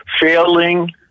failing